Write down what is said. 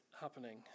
happening